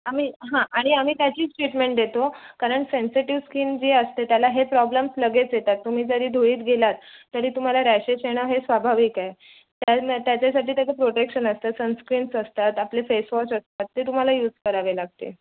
आम्ही हां आणि आम्ही त्याचीच ट्रीटमेंट देतो कारण सेन्सेटिव स्किन जी असते त्याला हे प्रॉब्लम्स लगेच येतात तुम्ही जरी धुळीत गेलात तरी तुम्हाला रॅशेस येणं हे स्वाभाविक आहे त्याच्यासाठी त्याचं प्रोटेक्शन असतं सनस्क्रीन्स असतात आपले फेसवॉश असतात ते तुम्हाला यूज करावे लागतील